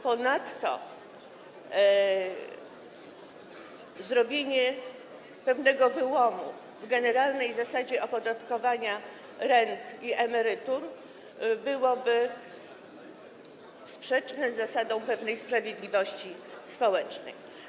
Ponadto zrobienie pewnego wyłomu w generalnej zasadzie opodatkowania rent i emerytur byłoby sprzeczne z zasadą sprawiedliwości społecznej.